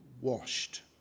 washed